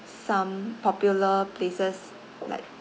some popular places like